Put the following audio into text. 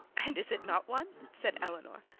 and is it not one said eleanor.